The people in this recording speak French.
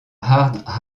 hard